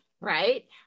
right